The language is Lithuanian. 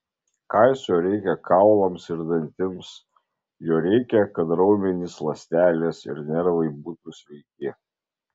kalcio reikia kaulams ir dantims jo reikia kad raumenys ląstelės ir nervai būtų sveiki